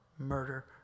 murder